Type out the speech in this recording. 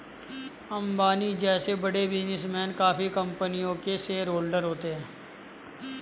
अंबानी जैसे बड़े बिजनेसमैन काफी कंपनियों के शेयरहोलडर होते हैं